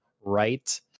right